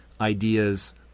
ideas